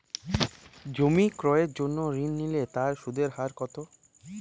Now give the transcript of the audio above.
জমি ক্রয়ের জন্য ঋণ নিলে তার সুদের হার কতো?